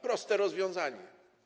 Proste rozwiązanie.